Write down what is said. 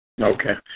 Okay